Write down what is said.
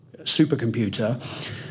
supercomputer